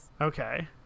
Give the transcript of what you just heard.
Okay